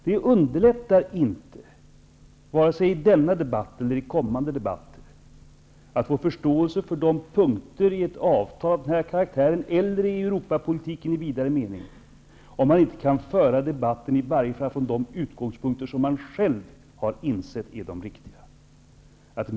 Det underlättar inte vare sig i denna debatt eller i kommande debatter att få förståelse för de punkter i ett avtal av den karaktären, eller i Europapolitiken i vidare mening, om man inte kan föra debatten i varje fall från de utgångspunkter som man själv vet är de riktiga.